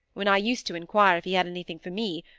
when i used to inquire if he had anything for me,